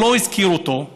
והוא לא הזכיר אותו.